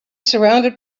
surrounded